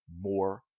more